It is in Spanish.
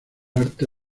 arte